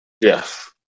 Yes